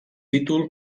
títol